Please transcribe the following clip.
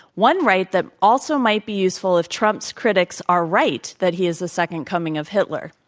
one right that also might be useful if trump's critics are right, that he is the second coming of hitler.